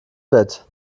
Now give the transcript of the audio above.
bett